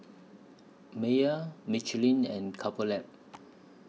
Mayer Michelin and Couple Lab